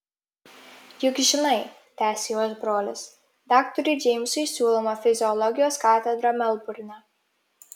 juk žinai tęsė jos brolis daktarui džeimsui siūloma fiziologijos katedra melburne